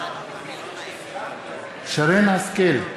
בעד שרן השכל,